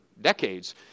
decades